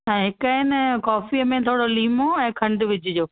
ऐं हिकु आहे न कॉफी में थोरो लीमो ऐं खंड विझिजो